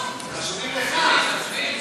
התשע"ה